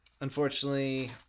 unfortunately